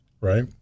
right